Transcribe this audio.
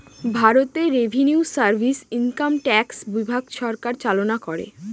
ভারতে revenue service income tax বিভাগ সরকার চালনা করে